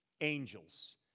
angels